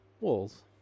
walls